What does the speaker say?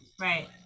Right